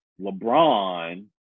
LeBron